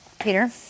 Peter